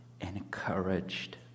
encouraged